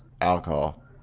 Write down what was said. alcohol